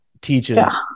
teaches